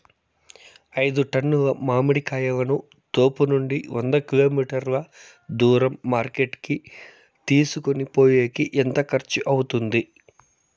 ఐదు టన్నుల మామిడి కాయలను తోపునుండి వంద కిలోమీటర్లు దూరం మార్కెట్ కి తీసుకొనిపోయేకి ఎంత ఖర్చు అవుతుంది?